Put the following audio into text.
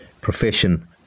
profession